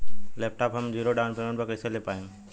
Laptop हम zero down payment पर कैसे ले पाएम?